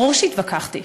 ברור שהתווכחתי.